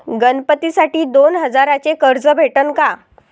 गणपतीसाठी दोन हजाराचे कर्ज भेटन का?